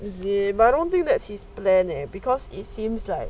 is it but I don't think that his plan leh because it seems like